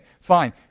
fine